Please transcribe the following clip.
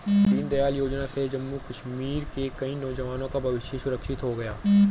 दीनदयाल योजना से जम्मू कश्मीर के कई नौजवान का भविष्य सुरक्षित हो गया